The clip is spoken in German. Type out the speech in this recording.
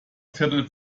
viertel